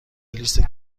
لیست